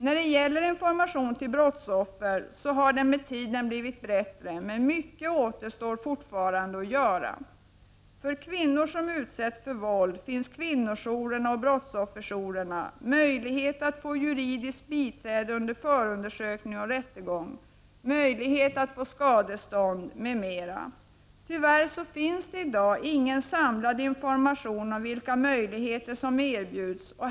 När det gäller information till brottsoffer har det med tiden blivit bättre, men mycket återstår fortfarande att göra. För kvinnor som utsätts för våld finns kvinnojouren och brottsofferjourerna, möjlighet att få juridiskt biträde under förundersökning och rättegång, möjlighet att få skadestånd m.m. Tyvärr finns det i dag ingen samlad information om vilka möjligheter som erbjuds.